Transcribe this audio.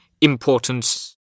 importance